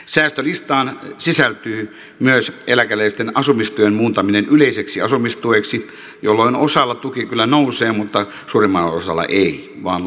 säästölistaan sisältyy myös eläkeläisten asumistuen muuntaminen yleiseksi asumistueksi jolloin osalla tuki kyllä nousee mutta suurimmalla osalla ei vaan päinvastoin laskee